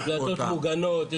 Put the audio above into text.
יש דלתות מוגנות.